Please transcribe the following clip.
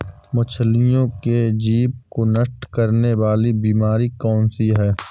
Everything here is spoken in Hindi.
मछलियों के जीभ को नष्ट करने वाली बीमारी कौन सी है?